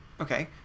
Okay